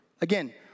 Again